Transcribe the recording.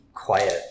quiet